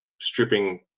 stripping